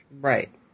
Right